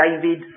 David